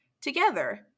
together